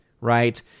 right